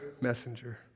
messenger